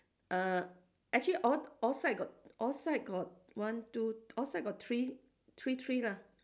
uh actually all all side got all side got one two all side got three three three lah